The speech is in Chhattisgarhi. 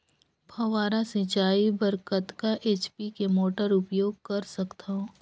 फव्वारा सिंचाई बर कतका एच.पी के मोटर उपयोग कर सकथव?